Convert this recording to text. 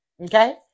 Okay